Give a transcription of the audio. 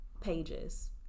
pages